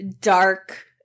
dark